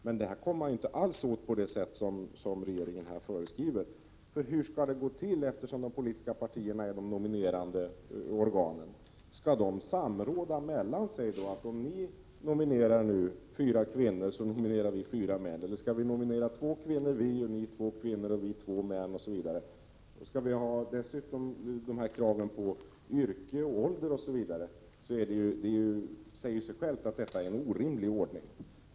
Men det målet når man inte alls på det sätt som regeringen här föreskriver. Hur skall det gå till, eftersom de politiska partierna är de nominerande organen? Skall de samråda sinsemel Prot. 1987/88:133 lan och säga: Om ni nominerar fyra kvinnor, så nominerar vi fyra män, eller 3 juni 1988 skall vi nominera två kvinnor och två män och ni två kvinnor och två män, osv.? Är det så det skall gå till? Skall det dessutom finnas krav på yrke, ålder osv., så säger det sig självt att detta är en orimlig ordning.